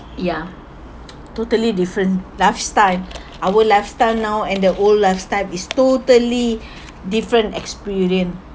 ya totally different lifestyle our lifestyle now and the old lifestyle is totally different experience